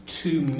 two